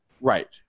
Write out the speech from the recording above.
Right